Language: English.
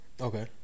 Okay